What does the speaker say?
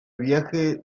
viaje